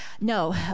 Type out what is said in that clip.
No